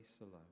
alone